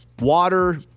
Water